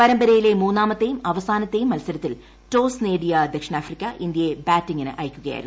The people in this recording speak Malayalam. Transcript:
പരമ്പരയിലെ മൂന്നാമത്തെയും അവസാനത്തെയും മത്സരത്തിൽ ടോസ് നേടിയ ദക്ഷിണാഫ്രിക്ക ഇന്ത്യയെ ബാറ്റിംഗിന് പ്രിമയ്ക്കുകയായിരുന്നു